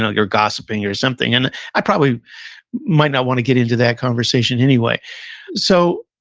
like or gossiping or something, and i probably might not want to get into that conversation, anyway so,